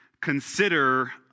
consider